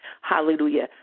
hallelujah